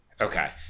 Okay